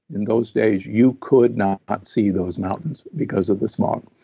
in those days, you could not see those mountains because of the smog.